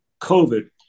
COVID